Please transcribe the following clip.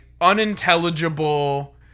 unintelligible